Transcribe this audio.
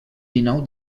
dinou